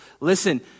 listen